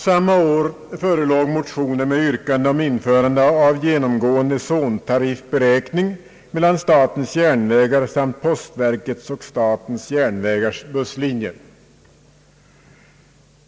Samma år förelåg motioner med yrkande om införande av genomgående zontariffberäkning mellan statens järnvägar samt postverkets och statens järnvägars busslinjer.